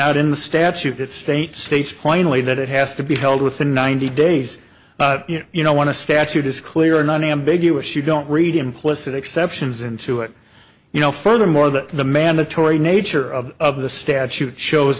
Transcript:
not in the statute that states states plainly that it has to be held within ninety days but you know want to statute is clear non ambiguous you don't read implicit exceptions into it you know furthermore that the mandatory nature of of the statute shows